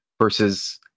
versus